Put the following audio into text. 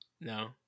No